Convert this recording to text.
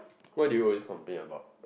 what do you always complain about